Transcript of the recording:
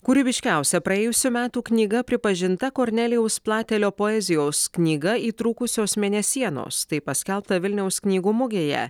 kūrybiškiausia praėjusių metų knyga pripažinta kornelijaus platelio poezijos knyga įtrūkusios mėnesienos tai paskelbta vilniaus knygų mugėje